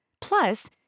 Plus